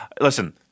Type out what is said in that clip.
Listen